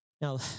Now